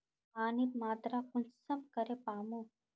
पानीर मात्रा कुंसम करे मापुम?